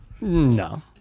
No